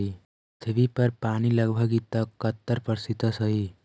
पृथ्वी पर पानी लगभग इकहत्तर प्रतिशत हई